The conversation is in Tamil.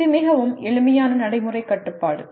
இது மிகவும் எளிமையான நடைமுறைக் கட்டுப்பாடு